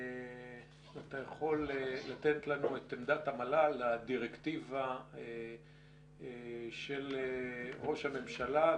אתה יכול לתת לנו את עמדת המל"ל לדירקטיבה של ראש הממשלה?